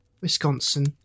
Wisconsin